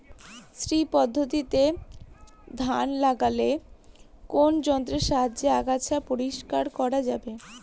শ্রী পদ্ধতিতে ধান লাগালে কোন যন্ত্রের সাহায্যে আগাছা পরিষ্কার করা যাবে?